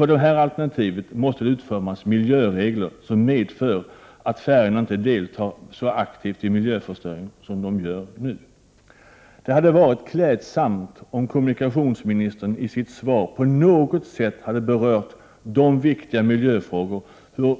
För detta alternativ måste det utformas miljöregler som medför att färjorna inte deltar så aktivt i miljöförstöringen som de gör nu. Det hade varit klädsamt om kommunikationsministern i sitt svar på något sätt hade berört de viktiga miljöfrågorna